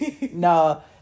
No